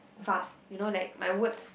fast you know like my words